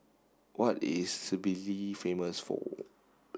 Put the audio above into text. what is Tbilisi famous for